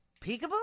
Peekaboo